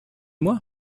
moi